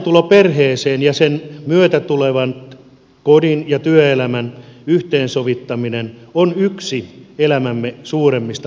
lapsentulo perheeseen ja sen myötä tulevan kodin ja työelämän yhteensovittaminen on yksi elämämme suurimmista muutosvaiheista